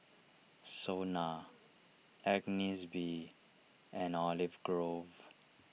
Sona Agnes B and Olive Grove